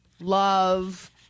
love